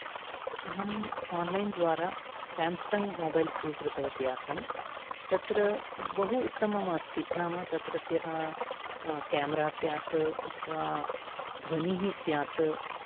अहं आन्लैन् द्वारा Samsung mobile स्वीकृतवती आसम् तत्र बहु उत्तममस्ति नाम तत्रत्यः केमेरा स्यात् अथवा ध्वनिः स्यात्